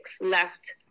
left